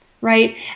right